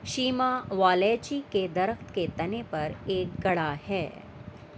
شیما والیچی کے درخت کے تنے پر ایک گڑھا ہے